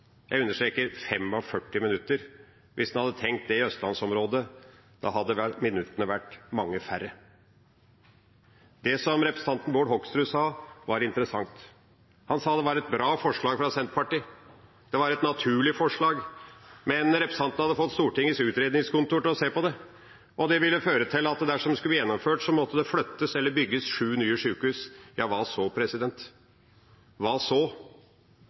jeg understreker: 45 minutter. Hvis en hadde tenkt det i østlandsområdet, hadde vel minuttene vært mange færre. Det som representanten Bård Hoksrud sa, var interessant. Han sa det var et bra forslag fra Senterpartiet, at det var et naturlig forslag, men representanten hadde fått Stortingets utredningsseksjon til å se på hva det ville føre til. Dersom det skulle gjennomføres, måtte det flyttes eller bygges sju nye sjukehus. Ja – hva så? Hva så?